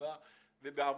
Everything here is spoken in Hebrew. בצבא ועבודות,